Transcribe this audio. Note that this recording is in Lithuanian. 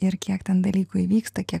ir kiek ten dalykų įvyksta kiek